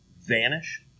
vanish